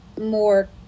more